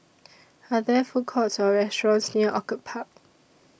Are There Food Courts Or restaurants near Orchid Park